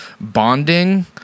Bonding